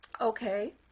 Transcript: Okay